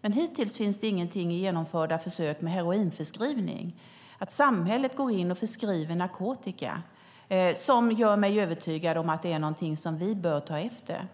Men hittills finns det ingenting i genomförda försök med heroinförskrivning - att samhället går in och förskriver narkotika - som gör mig övertygad om att det är någonting som vi bör ta efter.